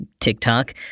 TikTok